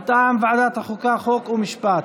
מטעם ועדת החוקה, חוק ומשפט,